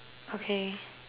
okay